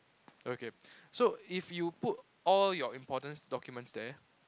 okay so if you put all your important documents there